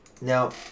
now